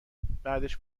بعدش